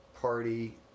Party